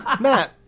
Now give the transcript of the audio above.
Matt